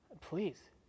please